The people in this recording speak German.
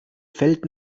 fällt